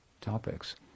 topics